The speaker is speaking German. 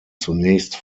zunächst